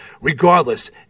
regardless